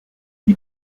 die